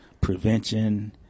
prevention